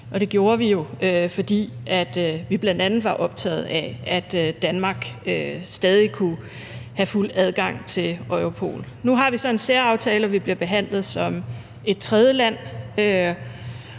det gjorde vi jo, fordi vi bl.a. var optaget af, at Danmark stadig kunne have fuld adgang til Europol. Nu har vi så en særaftale, og vi bliver behandlet som et tredjeland.